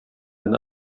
denn